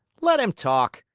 let him talk.